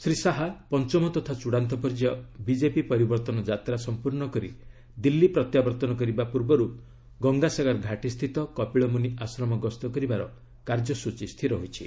ଶ୍ରୀ ଶାହା ପଞ୍ଚମ ତଥା ଚୂଡ଼ାନ୍ତ ପର୍ଯ୍ୟାୟ ବିଜେପି ପରିବର୍ତ୍ତନ ଯାତ୍ରା ସମ୍ପର୍ଣ୍ଣ କରି ଦିଲ୍ଲୀ ପ୍ରତ୍ୟାବର୍ତ୍ତନ କରିବା ପୂର୍ବରୁ ଗଙ୍ଗାସାଗର ଘାଟସ୍ଥିତ କପିଳମୁନୀ ଆଶ୍ରମ ଗସ୍ତ କରିବାର କାର୍ଯ୍ୟସଚୀ ରହିଛି